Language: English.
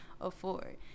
afford